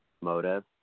motive